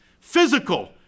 physical